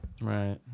Right